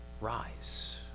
rise